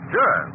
Sure